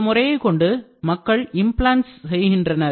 இந்த முறையை கொண்டு மக்கள் implants செய்கின்றனர்